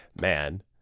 Man